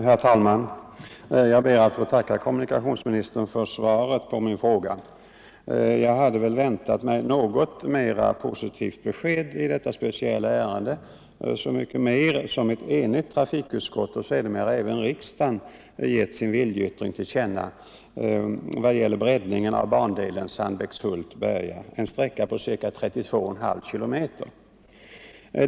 Herr talman! Jag ber att få tacka kommunikationsministern för svaret på min fråga. Jag hade väl väntat mig ett något mera positivt besked i detta speciella ärende, så mycket mer som ett enigt trafikutskott och sedermera även riksdagen gett sin viljeyttring till känna i vad gäller breddningen av bandelen Sandbäckshult-Berga, en sträcka på ca 32,5 km.